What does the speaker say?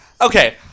Okay